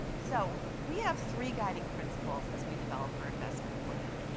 so we have three guiding principles as we develop our investment plan.